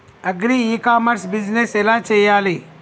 Agri e commerce business ఎలా చెయ్యాలి?